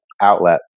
outlet